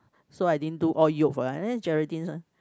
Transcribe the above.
so I didn't do all yolk for them Geraldine's one